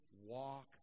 walk